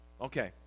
Okay